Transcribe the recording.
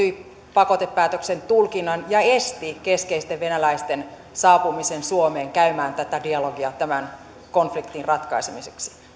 pakotepäätöstulkinnan ja esti keskeisten venäläisten saapumisen suomeen käymään dialogia tämän konfliktin ratkaisemiseksi